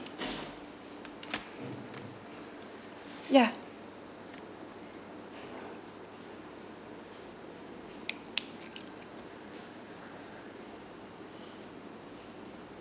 ya